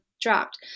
dropped